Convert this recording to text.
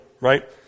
right